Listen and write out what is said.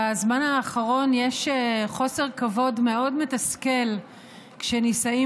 בזמן האחרון יש חוסר כבוד מאוד מתסכל כשנישאים